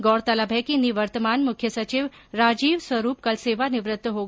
गौरतलब है कि निवर्तमान मुख्य सचिव राजीव स्वरूप कल सेवानिवृत्त हो गये थे